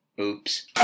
oops